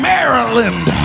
Maryland